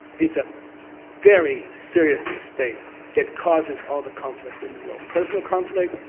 is a very serious mistake that causes all the conflict in the world personal conflict,